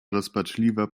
rozpaczliwa